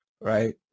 right